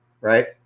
right